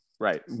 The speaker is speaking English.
Right